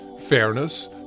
fairness